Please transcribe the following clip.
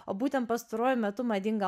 o būtent pastaruoju metu madinga